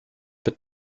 but